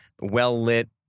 well-lit